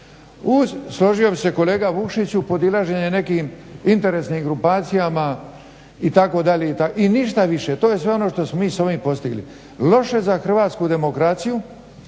uz složio bih se kolega Vukšiću podilaženje nekih interesnih grupacijama itd., i ništa više, to je sve ono što smo mi s ovim postigli. Loše za hrvatsku demokraciju